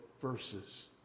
verses